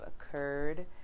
occurred